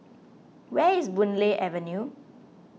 where is Boon Lay Avenue